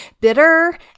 bitter